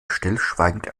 stillschweigend